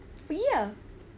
ya